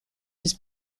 his